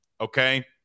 okay